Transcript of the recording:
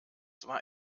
war